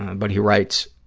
but he writes,